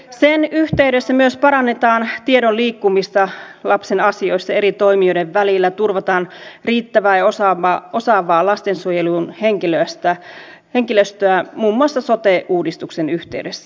sen yhteydessä myös parannetaan tiedon liikkumista lapsen asioissa eri toimijoiden välillä turvataan riittävä ja osaava lastensuojeluhenkilöstö muun muassa sote uudistuksen yhteydessä